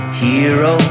hero